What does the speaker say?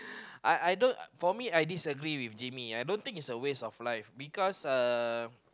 I I don't for me I disagree with Jimmy I don't think it's a waste of life because uh